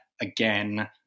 again